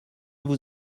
vous